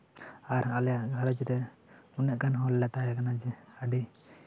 ᱟᱨ ᱟᱞᱮᱭᱟᱜ ᱜᱷᱟᱨᱚᱸᱡᱽ ᱨᱮ ᱩᱱᱟᱹᱜ ᱜᱟᱱ ᱦᱚᱲᱞᱮ ᱛᱟᱦᱮᱸ ᱠᱟᱱᱟ ᱡᱮ